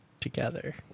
together